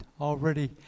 already